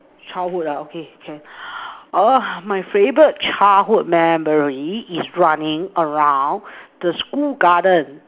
childhood ah okay can uh my favourite childhood memory is running around the school garden